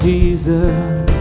Jesus